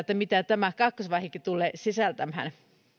mitä tämä kakkosvaihekin tulee sisältämään